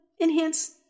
Enhance